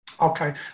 okay